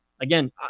again